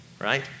right